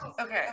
okay